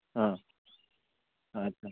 ହଁ ଆଚ୍ଛା